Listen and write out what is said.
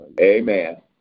Amen